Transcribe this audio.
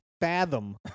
fathom